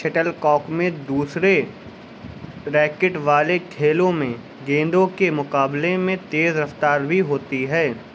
shuttle کاک میں دوسرے ریکٹ والے کھیلوں میں گیندوں کے مقابلے میں تیز رفتار بھی ہوتی ہے